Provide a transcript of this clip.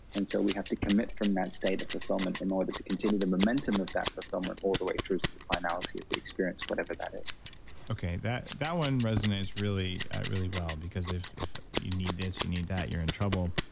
and so, we have to commit from that state of fulfillment in order to continue the momentum of that fulfillment all the way through to the finality of the experience, whatever that is okay, that that one resonates really really well because if if you need this, you need that, you're in trouble.